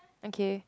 okay